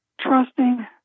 trusting